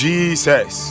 Jesus